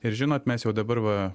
ir žinot mes jau dabar va